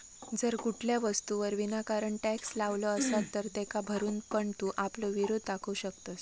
जर कुठल्या वस्तूवर विनाकारण टॅक्स लावलो असात तर तेका न भरून पण तू आपलो विरोध दाखवू शकतंस